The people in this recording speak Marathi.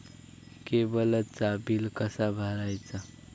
केबलचा बिल कसा भरायचा?